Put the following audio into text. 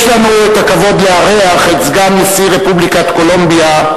יש לנו הכבוד לארח את סגן נשיא רפובליקת קולומביה,